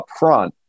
upfront